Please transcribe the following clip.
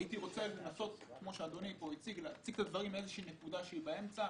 הייתי רוצה לנסות להציג את הדברים מנקודת אמצע,